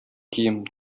кием